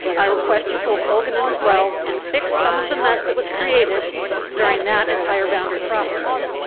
i request you pull colgan in as well and fix some of the mess that was created during that entire boundary process.